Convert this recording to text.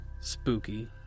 spooky